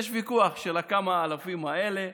יש ויכוח על הכמה-אלפים האלה,